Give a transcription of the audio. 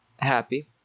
happy